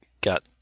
got